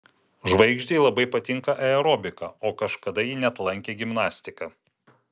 žvaigždei labai patinka aerobika o kažkada ji net lankė gimnastiką